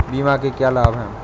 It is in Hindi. बीमा के क्या लाभ हैं?